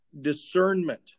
discernment